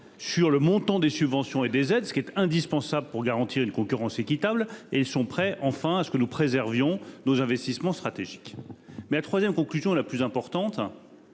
sur le montant des subventions et des aides, ce qui est indispensable pour garantir une concurrence équitable, et ils sont prêts à ce que nous préservions nos investissements stratégiques. La troisième conclusion, la plus importante,